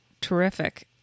terrific